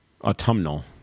Autumnal